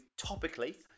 topically